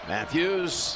Matthews